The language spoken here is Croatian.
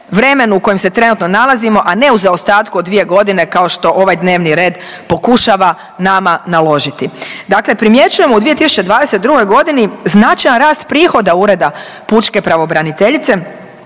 vremenu u kojem se trenutno nalazimo, a ne u zaostatku od dvije godine kao što ovaj dnevni red pokušava nama naložiti. Dakle, primjećujemo u 2022. godini značajan rast prihoda Ureda pučke pravobraniteljice